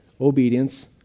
obedience